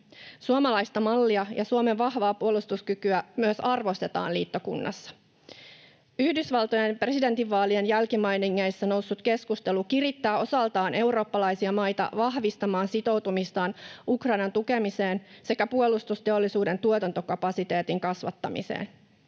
Suomalaista mallia ja Suomen vahvaa puolustuskykyä myös arvostetaan liittokunnassa. Yhdysvaltojen presidentinvaalien jälkimainingeissa noussut keskustelu kirittää osaltaan eurooppalaisia maita vahvistamaan sitoutumistaan Ukrainan tukemiseen sekä puolustusteollisuuden tuotantokapasiteetin kasvattamiseen.